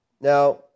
Now